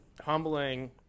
humbling